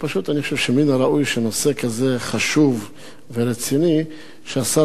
כזה חשוב ורציני השר לביטחון פנים ישיב.